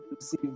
see